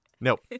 Nope